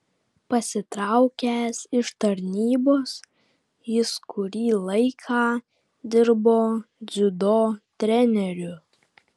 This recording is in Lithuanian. pasitraukęs iš tarnybos jis kurį laiką dirbo dziudo treneriu